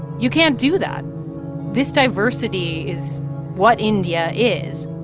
you can't do that this diversity is what india is